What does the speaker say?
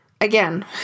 again